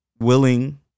willing